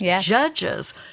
Judges